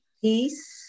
Peace